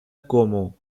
como